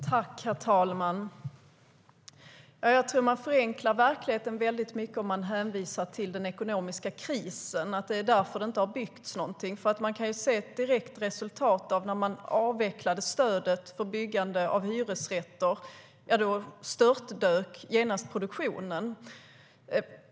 Herr talman! Jag tror att man förenklar verkligheten väldigt mycket om man hänvisar till den ekonomiska krisen som skäl till att det inte har byggts någonting. Vi kunde ju se ett direkt resultat när stödet till byggande av hyresrätter avvecklades: Då störtdök genast produktionen.